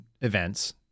events